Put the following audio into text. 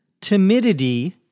timidity